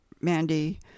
Mandy